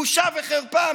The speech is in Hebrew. בושה וחרפה.